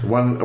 One